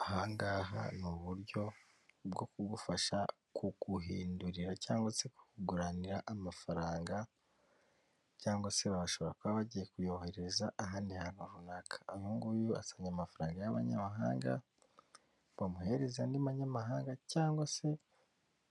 Ahangaha ni uburyo bwo kugufasha kuguhindurira cyangwa se kuguranira amafaranga cyangwa se bashobora kuba bagiye kuyohereza ahandi hantu runaka , uyuguyu azanye amafaranga y'amanyamahanga bamuhereze andi manyamahanga cyangwa se